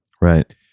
Right